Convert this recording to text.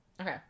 Okay